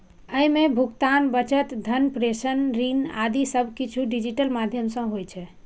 अय मे भुगतान, बचत, धन प्रेषण, ऋण आदि सब किछु डिजिटल माध्यम सं होइ छै